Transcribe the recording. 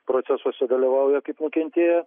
procesuose dalyvauja kaip nukentėję